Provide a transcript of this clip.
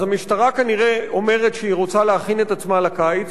אז המשטרה כנראה אומרת שהיא רוצה להכין את עצמה לקיץ.